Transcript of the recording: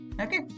Okay